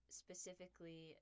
specifically